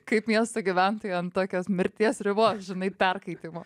kaip miesto gyventoja ant tokios mirties ribos žinai perkaitimo